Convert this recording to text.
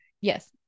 yes